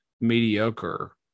mediocre